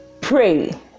pray